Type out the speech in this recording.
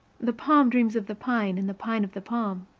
the palm dreams of the pine, and the pine of the palm.